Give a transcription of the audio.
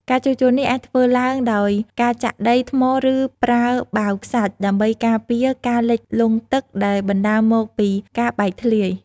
ការជួសជុលនេះអាចធ្វើឡើងដោយការចាក់ដី ថ្ម ឬប្រើបាវខ្សាច់ ដើម្បីការពារការលិចលង់ទឹកដែលបណ្ដាលមកពីការបែកធ្លាយ។